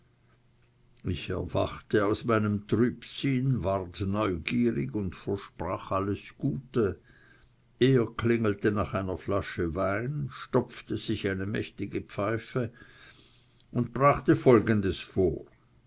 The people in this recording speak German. ich erwachte aus meinem trübsinn ward neugierig und versprach alles gute er klingelte nach einer flasche wein stopfte sich eine mächtige pfeife und brachte folgendes vor